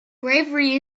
bravery